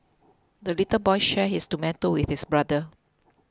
the little boy shared his tomato with his brother